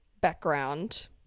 background